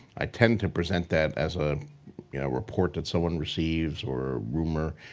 i tend to present that as a you know report that someone receives or a rumor,